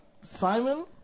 Simon